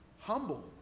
humble